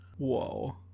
Whoa